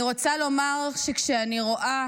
אני רוצה לומר שכשאני רואה